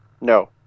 No